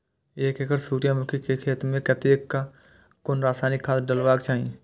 एक एकड़ सूर्यमुखी केय खेत मेय कतेक आ कुन रासायनिक खाद डलबाक चाहि?